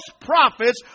prophets